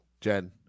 Jen